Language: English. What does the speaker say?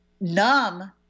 numb